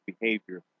behavior